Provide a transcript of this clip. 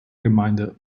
gemeinde